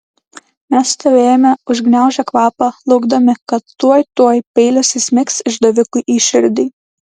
mes stovėjome užgniaužę kvapą laukdami kad tuoj tuoj peilis įsmigs išdavikui į širdį